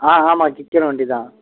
ஆ ஆமாம் கிக்கரு வண்டி தான்